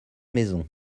maisons